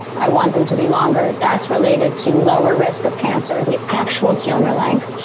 i want them to be longer. that's related to lower risk of cancer, the actual telomere length.